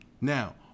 Now